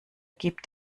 gibt